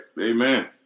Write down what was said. Amen